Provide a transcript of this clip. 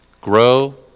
Grow